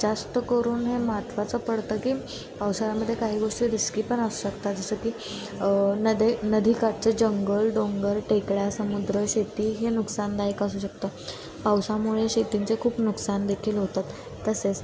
जास्त करून हे महत्त्वाचं पडतं की पावसाळ्यामध्ये काही गोष्टी रिस्की पण असू शकतात जसं की नदे नदी काठचं जंगल डोंगर टेकड्या समुद्र शेती हे नुकसानदायक असू शकतं पावसामुळे शेतींचे खूप नुकसानदेखील होतात तसेच